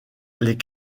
les